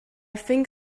think